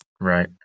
right